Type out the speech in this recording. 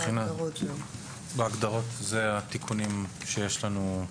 אלה הם התיקונים בהגדרות שיש לנו,